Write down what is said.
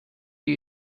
you